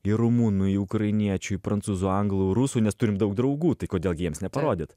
į rumunų į ukrainiečių į prancūzų anglų rusų nes turim daug draugų tai kodėl gi jiems neparodyt